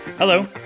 Hello